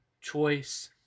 choice